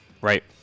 Right